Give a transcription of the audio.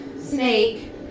Snake